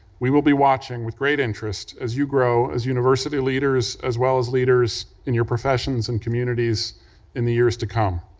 we will be watching with great interest as you grow as university leaders as well as leaders in your professions and communities in the years to come.